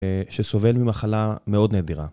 שסובל ממחלה מאוד נדירה.